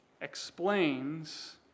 Explains